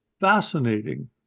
fascinating